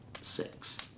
Six